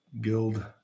Guild